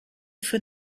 für